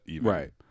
right